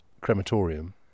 crematorium